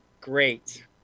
great